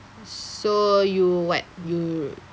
so you what you